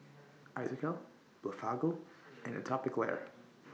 Isocal Blephagel and Atopiclair